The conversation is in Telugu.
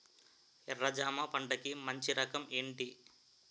ఎర్ర జమ పంట కి మంచి రకం ఏంటి?